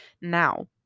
Now